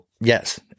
Yes